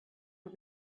are